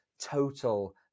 total